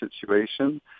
situation